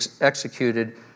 executed